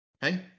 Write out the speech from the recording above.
Hey